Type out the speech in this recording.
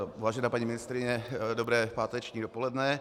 Vážená paní ministryně, dobré páteční dopoledne.